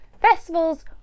festivals